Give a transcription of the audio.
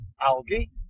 algae